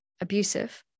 abusive